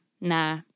nah